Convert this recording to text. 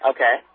Okay